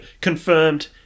confirmed